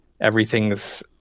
everything's